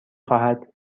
خواهد